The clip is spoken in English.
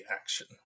action